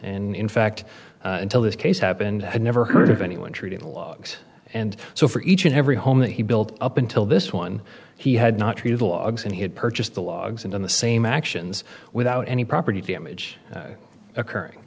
and in fact until this case happened i had never heard of anyone treating the logs and so for each and every home that he built up until this one he had not treated logs and he had purchased the logs in the same actions without any property damage occurring